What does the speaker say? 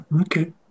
okay